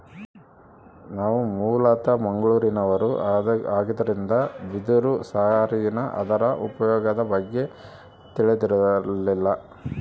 ನಾವು ಮೂಲತಃ ಮಂಗಳೂರಿನವರು ಆಗಿದ್ದರಿಂದ ಬಿದಿರು ಸಾರಿನ ಅದರ ಉಪಯೋಗದ ಬಗ್ಗೆ ತಿಳಿದಿರಲಿಲ್ಲ